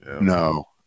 No